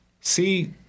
see